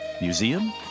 Museum